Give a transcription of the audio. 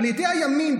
על ידי הימין,